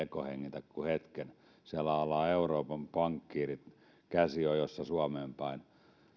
ei tekohengitetä kuin hetken siellä ovat euroopan pankkiirit käsi ojossa suomeen päin